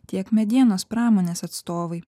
tiek medienos pramonės atstovai